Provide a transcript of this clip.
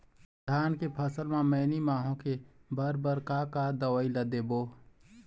धान के फसल म मैनी माहो के बर बर का का दवई ला देबो?